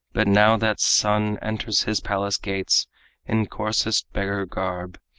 but now that son enters his palace-gates in coarsest beggar-garb,